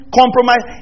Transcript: compromise